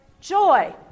joy